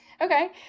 Okay